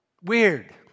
Weird